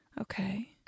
Okay